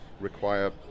Require